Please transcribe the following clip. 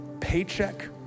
paycheck